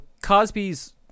Cosby's